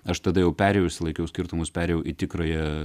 aš tada jau perėjau išsilaikiau skirtumus perėjau į tikrąją